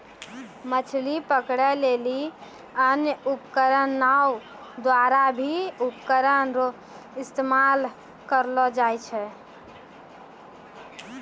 मछली पकड़ै लेली अन्य उपकरण नांव द्वारा भी उपकरण रो इस्तेमाल करलो जाय छै